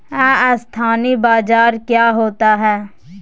अस्थानी बाजार क्या होता है?